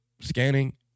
scanning